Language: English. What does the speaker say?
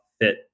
fit